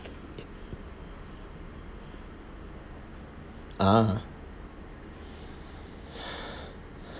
ah